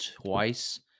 twice